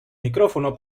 micrófono